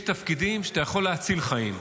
יש תפקידים שבהם אתה יכול להציל חיים,